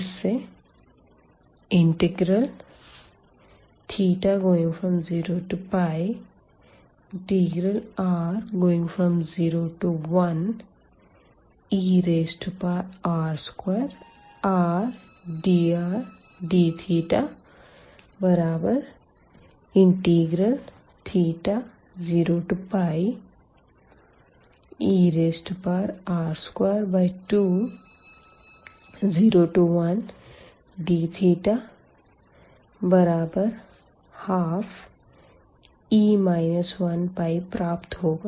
जिस से θ0r01er2rdrdθθ0er2201dθ12e 1प्राप्त होगा